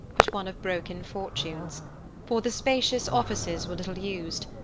but one of broken fortunes for the spacious offices were little used,